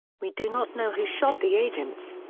we do not know who shot the agents.